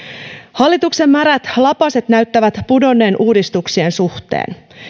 hallituksen märät lapaset näyttävät pudonneen uudistuksien suhteen